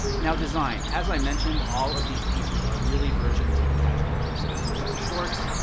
now, design. as i mentioned, all of these pieces are really versions of casual basics. you've got shorts,